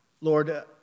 Lord